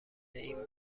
این